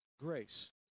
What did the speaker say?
grace